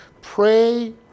Pray